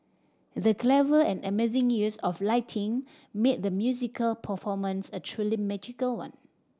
the clever and amazing use of lighting made the musical performance a truly magical one